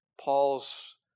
Paul's